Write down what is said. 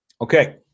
Okay